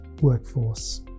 workforce